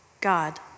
God